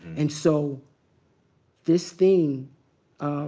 and so this thing.